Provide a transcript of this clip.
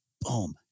Boom